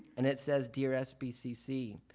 and it says dear sbcc,